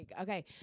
Okay